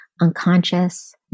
unconscious